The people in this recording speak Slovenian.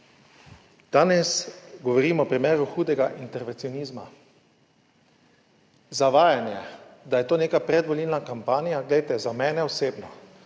Danes govorimo o primeru hudega intervencionizma, Zavajanje, da je to neka predvolilna kampanja, glejte, za mene osebno,